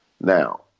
Now